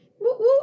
Woo-woo